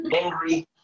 angry